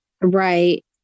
Right